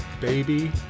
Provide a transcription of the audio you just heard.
baby